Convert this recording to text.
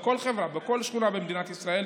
בכל שכונה במדינת ישראל,